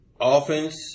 Offense